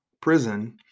prison